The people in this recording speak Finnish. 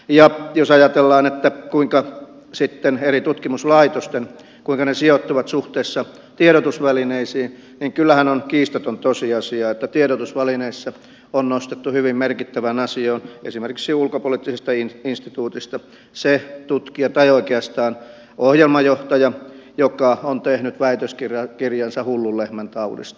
ja jos ajatellaan kuinka sitten eri tutkimuslaitokset sijoittuvat suhteessa tiedotusvälineisiin niin kyllähän on kiistaton tosiasia että tiedotusvälineissä on nostettu hyvin merkittävään asemaan esimerkiksi ulkopoliittisesta instituutista se tutkija tai oikeastaan ohjelmajohtaja joka on tehnyt väitöskirjansa hullun lehmän taudista